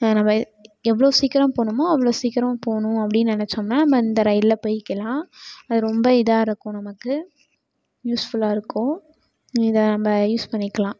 நம்ம எ எவ்வளோ சீக்கிரம் போகணுமோ அவ்வளோ சீக்கிரம் போகணும் அப்படி நெனைச்சோம்னா நம்ம இந்த ரயிலில் போய்க்கலாம் அது ரொம்ப இதாக இருக்கும் நமக்கு யூஸ்ஃபுல்லாக இருக்கும் இதை நம்ம யூஸ் பண்ணிக்கலாம்